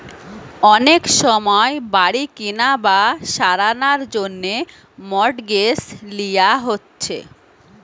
অনেক সময় বাড়ি কিনা বা সারানার জন্যে মর্টগেজ লিয়া হচ্ছে